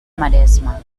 maresma